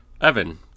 Evan